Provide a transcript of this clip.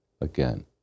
again